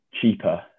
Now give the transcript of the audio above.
cheaper